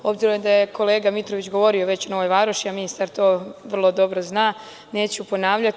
Obzirom da je kolega Mitrović govorio o Novoj Varoši, a ministar to vrlo dobro zna, neću ponavljati.